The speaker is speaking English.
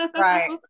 right